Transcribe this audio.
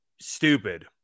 stupid